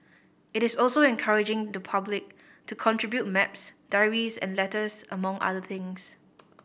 it is also encouraging the public to contribute maps diaries and letters among other things